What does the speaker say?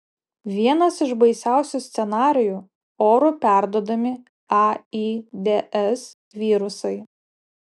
vienas iš baisiausių scenarijų oru perduodami aids virusai